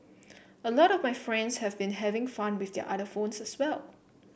a lot of my friends have been having fun with their other phones as well